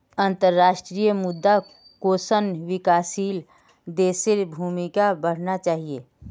अंतर्राष्ट्रीय मुद्रा कोषत विकासशील देशेर भूमिका पढ़ना चाहिए